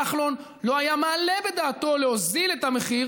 כחלון לא היה מעלה בדעתו להוזיל את המחיר